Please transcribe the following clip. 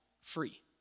free